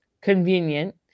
Convenient